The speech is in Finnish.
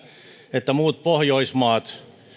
että muut pohjoismaat